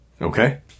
Okay